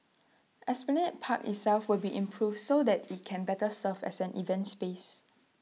esplanade park itself will be improved so that IT can better serve as an event space